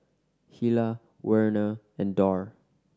Hilah Werner and Dorr